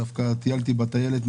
טיילתי בטיילת.